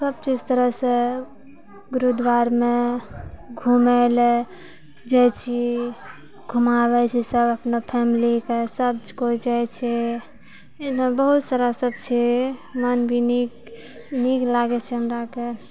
सभ चीज तरहसँ गुरुद्वारमे घुमैले जाइ छी घुमाबै छी सभ अपना फैमिलीके सभ कोइ जाइ छै एहिमे बहुत सारा सभ छै मन भी नीक नीक लागै छै हमराके